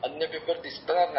अन्य पेपर दिसणार नाही